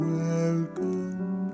welcome